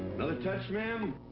another touch, ma'am?